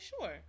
sure